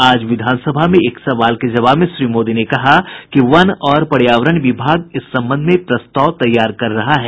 आज विधानसभा में एक सवाल के जवाब में श्री मोदी ने कहा कि वन और पर्यावरण विभाग इस संबंध में प्रस्ताव तैयार कर रहा है